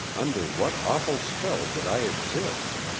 under what awful spell did i exist?